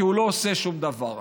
כי הוא לא עושה שום דבר.